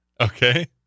Okay